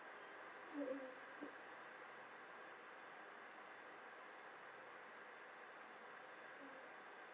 mmhmm mm mm